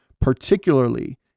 particularly